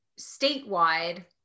statewide